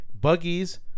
buggies